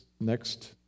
next